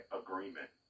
agreement